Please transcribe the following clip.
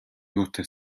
юутай